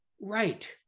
right